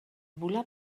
volà